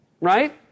Right